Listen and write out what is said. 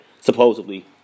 Supposedly